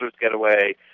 getaway